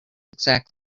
exact